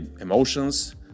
emotions